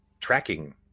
tracking